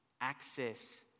access